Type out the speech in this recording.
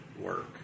work